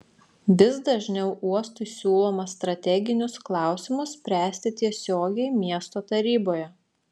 vis dažniau uostui siūloma strateginius klausimus spręsti tiesiogiai miesto taryboje